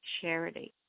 charity